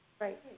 Right